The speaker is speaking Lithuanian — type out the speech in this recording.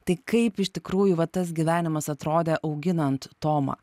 tai kaip iš tikrųjų va tas gyvenimas atrodė auginant tomą